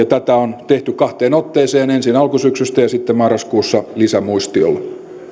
tätä on tehty kahteen otteeseen ensin alkusyksystä ja sitten marraskuussa lisämuistiolla